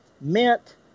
mint